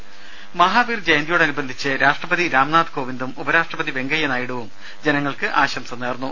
രേര മഹാവീർ ജയന്തിയോടനുബന്ധിച്ച് രാഷ്ട്രപതി രാംനാഥ് കോവിന്ദും ഉപരാഷ്ട്രപതി വെങ്കയ്യ നായിഡുവും ജനങ്ങൾക്ക് ആശംസ നേർന്നു